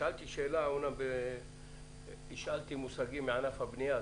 שאלתי קודם שאלה אומנם השאלתי מושגים מענף הבנייה,